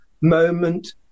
moment